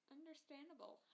Understandable